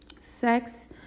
Sex